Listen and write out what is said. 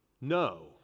no